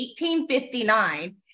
1859